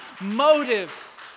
motives